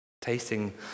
Tasting